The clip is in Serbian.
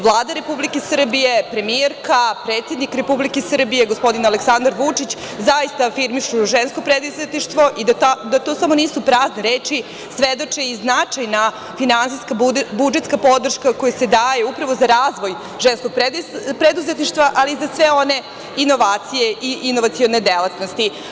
Vlada Republike Srbije, premijerka, predsednik Republike Srbije Aleksandar Vučić zaista afirmišu žensko preduzetništvo i da to samo nisu prazne reči svedoče i značajne finansijske budžetske podrške koje se daju upravo za razvoj ženskog preduzetništva, ali i za sve one inovacije i inovacione delatnosti.